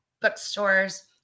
bookstores